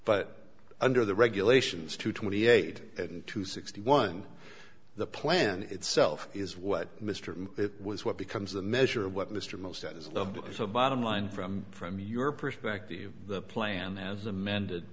but under the regulations to twenty eight and to sixty one the plan itself is what mr it was what becomes a measure of what mr most that is so bottom line from from your perspective the plan as amended